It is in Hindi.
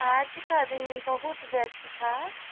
आज का दिन बहुत व्यस्त था